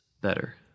better